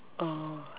oh